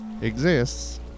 exists